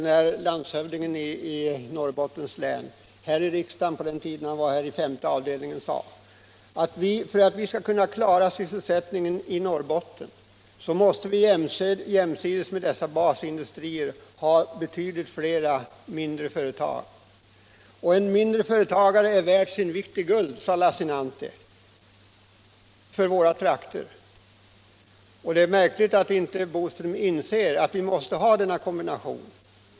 När landshövdingen i Norrbottens län satt i riksdagen och ingick i statsutskottets femte avdelning sade han vid ett tillfälle att vi, för att klara sysselsättningen i Norrbotten, jämsides med dessa basindustrier måste ha betydligt fler mindre företag. En mindre företagare är värd sin vikt i guld för våra trakter, sade herr Lassinantti. Det är märkligt att herr Boström inte inser att vi måste ha denna kombination.